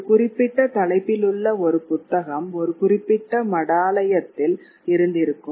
ஒரு குறிப்பிட்ட தலைப்பிலுள்ள ஒரு புத்தகம் ஒரு குறிப்பிட்ட மடாலயத்தில் இருந்திருக்கும்